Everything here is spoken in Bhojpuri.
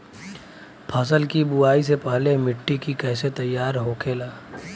फसल की बुवाई से पहले मिट्टी की कैसे तैयार होखेला?